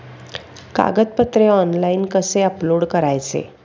कागदपत्रे ऑनलाइन कसे अपलोड करायचे?